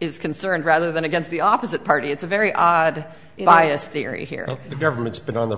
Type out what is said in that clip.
is concerned rather than against the opposite party it's a very odd if i use the area here the government's been on the